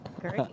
Great